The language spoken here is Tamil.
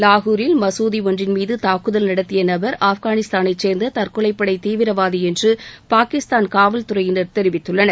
லாகூரில் மசூதி ஒன்றின் மீது தாக்குதல் நடத்திய நபர் ஆப்கானித்தானைத் சேர்ந்த தற்கொலைப்படை தீவிரவாதி என்று பாகிஸ்தான் காவல்துறையினர் தெரிவித்துள்ளனர்